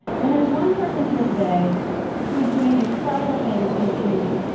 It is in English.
and there's one person here today who was doing incredible things in the community,